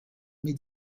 m’est